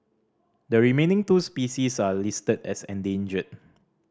the remaining two species are listed as endangered